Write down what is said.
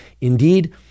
indeed